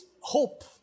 hope